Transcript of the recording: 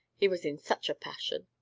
he was in such a passion.